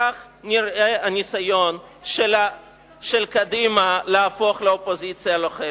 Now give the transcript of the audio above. כך נראה הניסיון של קדימה להפוך לאופוזיציה לוחמת.